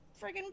friggin